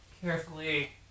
Carefully